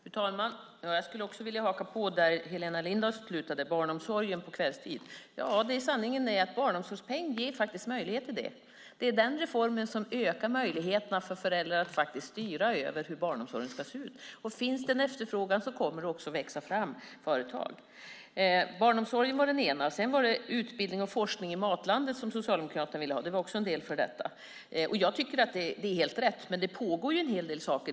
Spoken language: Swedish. Fru talman! Jag skulle vilja haka på där Helena Lindahl slutade med barnomsorgen på kvällstid. Sanningen är att barnomsorgspeng ger möjlighet till det. Det är den reformen som ökar möjligheterna för föräldrar att styra över hur barnomsorgen ska se ut. Finns det en efterfrågan kommer det också att växa fram företag. Barnomsorgen var den enda frågan. Sedan var det utbildning och forskning i Matlandet som Socialdemokraterna ville ha. Det var också en del av detta. Jag tycker att det är helt rätt. Det pågår en hel del saker.